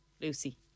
Lucy